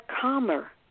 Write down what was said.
calmer